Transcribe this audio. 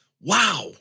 wow